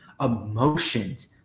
emotions